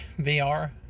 VR